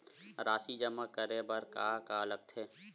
राशि जमा करे बर का का लगथे?